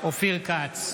אופיר כץ,